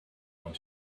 want